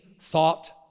thought